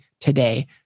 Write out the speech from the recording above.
today